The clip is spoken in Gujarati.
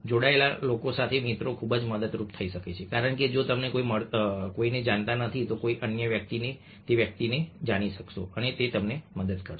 જોડાયેલા લોકો સાથેના મિત્રો ખૂબ મદદરૂપ થઈ શકે છે કારણ કે જો તમે કોઈને જાણતા નથી તો કોઈ અન્ય વ્યક્તિ તે વ્યક્તિને જાણશે અને તે મદદ કરશે